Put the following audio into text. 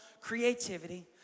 creativity